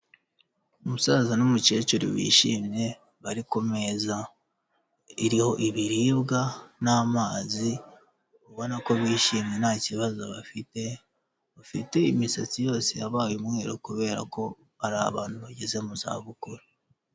Umusaza n'umukecuru bishimye bari ku meza iriho ibiribwa n'amazi ubona ko bishimye nta kibazo bafite, bafite imisatsi yose yabaye umweru kubera ko ari abantu bageze mu zabukuru.